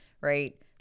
right